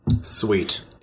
Sweet